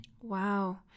wow